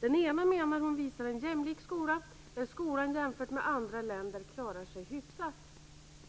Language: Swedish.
Den ena, menar hon, visar en jämlik skola där skolan jämfört med andra länders skolor klarar sig hyfsat.